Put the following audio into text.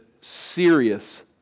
serious